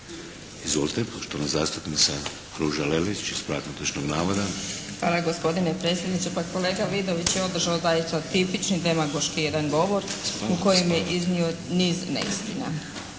Izvolite, poštovana zastupnica Ruža Lelić, ispravak netočnog navoda. **Lelić, Ruža (HDZ)** Hvala gospodine predsjedniče. Pa kolega Vidović je održao zaista tipični demagoški jedan govor u kojem je iznio niz neistina.